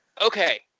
Okay